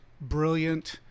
brilliant